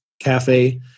cafe